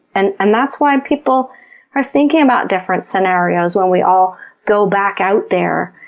and and that's why people are thinking about different scenarios when we all go back out there.